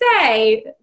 say